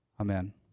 Amen